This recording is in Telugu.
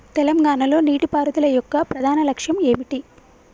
తెలంగాణ లో నీటిపారుదల యొక్క ప్రధాన లక్ష్యం ఏమిటి?